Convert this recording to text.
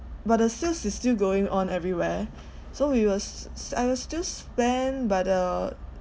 but the sales is still going on everywhere so we will st~ I will still spend but uh